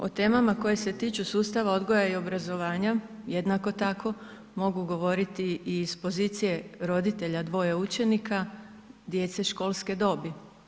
O temama koje se tiču sustava odgoja i obrazovanja, jednako tako, mogu govoriti i iz pozicije roditelja dvoje učenika, djece školske dobi.